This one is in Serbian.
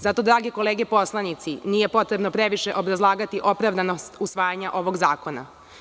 Zato, drage kolege poslanici, nije previše obrazlagati opravdanost usvajanja ovog zakona.